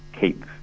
keep